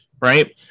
Right